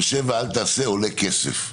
ו"שב ואל תעשה" עולה כסף.